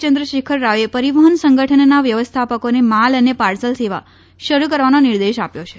ચંદ્રશેખર રાવે પરિવહન સંગઠનના વ્યવસ્થાપકોને માલ અને પાર્સલ સેવા શરૂ કરવાનો નિર્દેશ આપ્યો છે